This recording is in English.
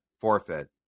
forfeit